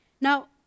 Now